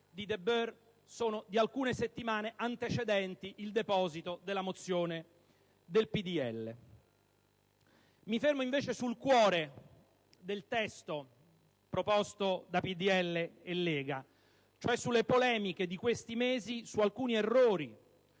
di De Boer sono di alcune settimane antecedenti il deposito della mozione del PdL. Mi fermo invece sul cuore del testo proposto da PdL e Lega, cioè sulle polemiche di questi mesi su alcuni errori,